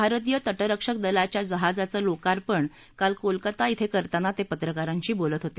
भारतीय त उक्षक दलाच्या जहाजाचं लोकार्पण काल कोलकाता धिं करताना ते पत्रकारांशी बोलत होते